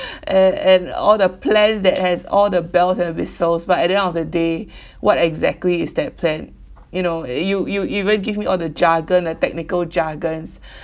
and and all the plans that has all the bells and whistles but at the end of the day what exactly is that plan you know uh you you even give me all the jargon the technical jargons